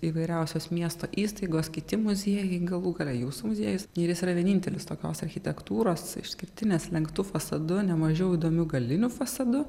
įvairiausios miesto įstaigos kiti muziejai galų gale jūsų muziejus ir jis yra vienintelis tokios architektūros išskirtinės lenktu fasadu nemažiau įdomiu galiniu fasadu